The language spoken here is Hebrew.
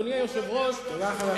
אגב,